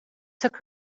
took